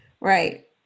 Right